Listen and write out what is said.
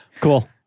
Cool